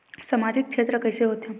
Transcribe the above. सामजिक क्षेत्र के कइसे होथे?